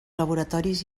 laboratoris